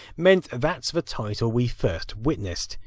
meant that's the title we first witnessed.